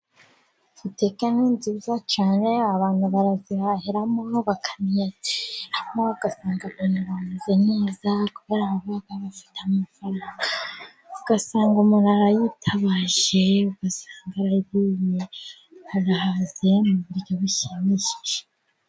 Butike ni nziza cyane abantu barazihahiramo bakaniyakiriramo, ugasanga abantu bameze neza kubera ko baba bafite amafaranga, ugasanga umuntu arayitabaje ugasanga aragiye arahaze mu buryo bushimishije.